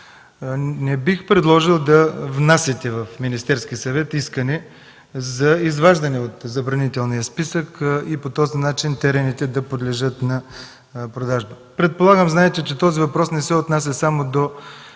не бих предложил да внасяте в Министерския съвет искане за изваждане от Забранителния списък и по този начин терените да подлежат на продажба. Предполагам, знаете, че този въпрос не се отнася само до